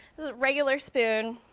regular spoon.